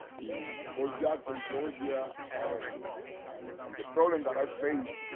fort jackson, georgia, and and and the problem that i faced,